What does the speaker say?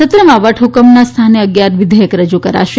સત્રમાં વટહ્કમના સ્થાને અગીયાર વિધેયક રજુ કરાશે